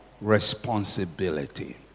responsibility